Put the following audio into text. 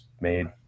made